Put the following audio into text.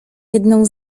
jedną